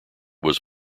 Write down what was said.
was